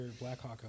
Blackhawk